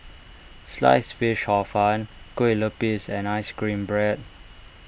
Sliced Fish Hor Fun Kueh Lupis and Ice Cream Bread